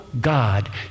God